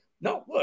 No